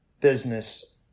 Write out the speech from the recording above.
business